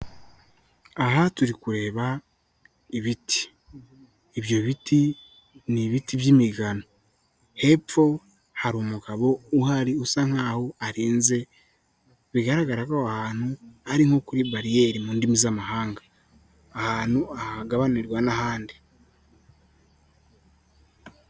Aha turi kureba ibiti, ibyo biti ni ibiti by'imigano, hepfo hari umugabo uhari usa nkaho arenze, bigaragara ko aho hantu ari nko kuri bariyeri mu ndimi z'amahanga, ahantu ahagabanirwa n'ahandi.